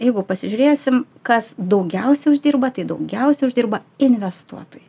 jeigu pasižiūrėsim kas daugiausia uždirba tai daugiausia uždirba investuotojai